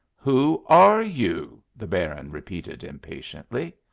who are you? the baron repeated, impatiently.